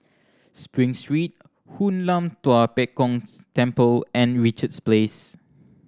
Spring Street Hoon Lam Tua Pek Kong Temple and Richards Place